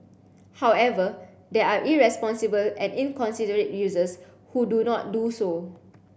however there are irresponsible and inconsiderate users who do not do so